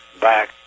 back